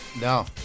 No